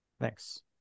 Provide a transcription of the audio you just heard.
thanks